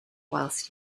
whilst